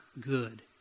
good